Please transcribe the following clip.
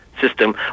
system